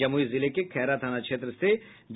जमुई जिले के खैरा थाना क्षेत्र से